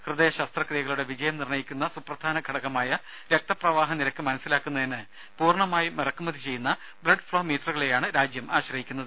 ഹൃദയ ശസ്ത്രക്രിയകളുടെ വിജയം നിർണ്ണയിക്കുന്ന സുപ്രധാന ഘടകമായ രക്തപ്രവാഹ നിരക്ക് മനസിലാക്കുന്നതിന് പൂർണ്ണമായും ഇറക്കുമതി ചെയ്യുന്ന ബ്ലഡ് ഫ്ളോ മീറ്ററുകളെയാണ് രാജ്യം ആശ്രയിക്കുന്നത്